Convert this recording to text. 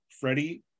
freddie